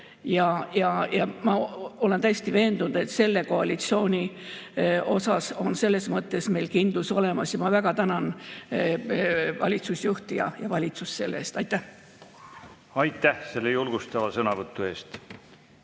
Ma olen täiesti veendunud, et selles koalitsioonis on selles mõttes meil kindlus olemas, ja ma väga tänan valitsusjuhti ja valitsust selle eest. Aitäh! Aitäh selle julgustava sõnavõtu eest!